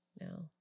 No